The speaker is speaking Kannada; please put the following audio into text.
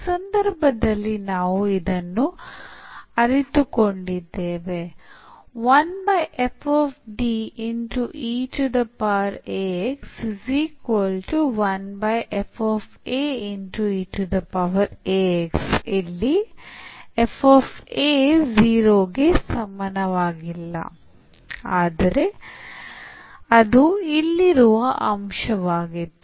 ಆ ಸಂದರ್ಭದಲ್ಲಿ ನಾವು ಇದನ್ನು ಅರಿತುಕೊಂಡಿದ್ದೇವೆ ಇಲ್ಲಿ ಆದರೆ ಇದು ಇಲ್ಲಿರುವ ಅಂಶವಾಗಿತ್ತು